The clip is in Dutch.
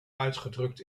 uitgedrukt